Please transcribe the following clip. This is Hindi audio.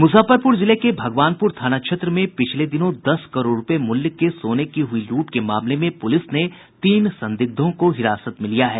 मूजफ्फरपूर जिले के भगवानपूर थाना क्षेत्र में पिछले दिनों दस करोड़ रूपये मूल्य के सोने की हुई लूट के मामले में पुलिस ने तीन संदिग्धों को हिरासत में लिया है